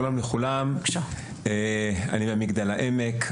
שלום לכולם, אני ממגדל העמק.